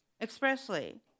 expressly